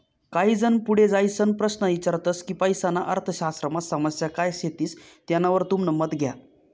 काही जन पुढे जाईसन प्रश्न ईचारतस की पैसाना अर्थशास्त्रमा समस्या काय शेतीस तेनावर तुमनं मत द्या